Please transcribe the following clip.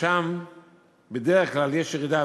ששם בדרך כלל יש ירידה,